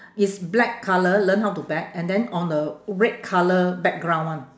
it's black colour learn how to bet and then on a red colour background [one]